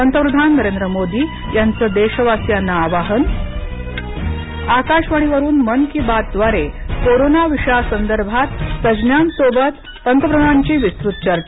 पंतप्रधान नरेंद्र मोदी यांचं देशवासियांना आवाहन आकाशवाणीवरुन मन की बातद्वारे कोरोंना विषयासंदर्भात तज्ञांसोबत पंतप्रधानांची विस्तृत चर्चा